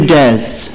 death